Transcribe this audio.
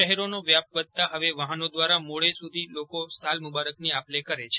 શહેરોનો વ્યાપ વધતા હવે વાહનો દ્વારા મોડે સુધી લોકો સાલ મુબારકની આપ લે કરે છે